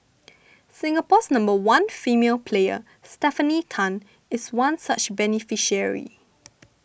Singapore's number one female player Stefanie Tan is one such beneficiary